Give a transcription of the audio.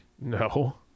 No